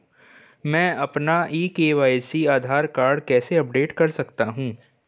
मैं अपना e KYC Aadhaar card कैसे अपडेट कर सकता हूँ?